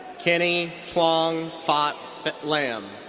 kenny thuong phat lam.